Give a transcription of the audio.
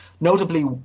notably